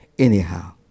Anyhow